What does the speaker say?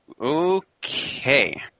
Okay